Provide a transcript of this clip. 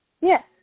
Yes